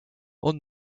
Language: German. and